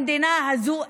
במדינה הזו,